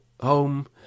home